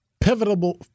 Pivotal